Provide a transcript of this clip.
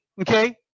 okay